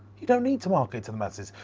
you don't need to market to the masses,